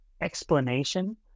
explanation